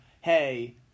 hey